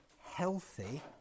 healthy